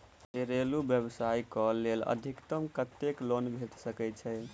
घरेलू व्यवसाय कऽ लेल अधिकतम कत्तेक लोन भेट सकय छई?